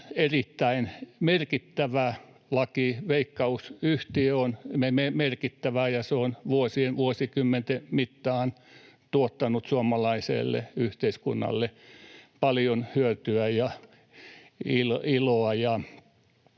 erittäin merkittävä laki. Veikkaus-yhtiö on merkittävä, ja se on vuosikymmenten mittaan tuottanut suomalaiselle yhteiskunnalle paljon hyötyä ja iloa.